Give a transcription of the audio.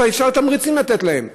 אבל אפשר לתת להם תמריצים.